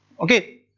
ok?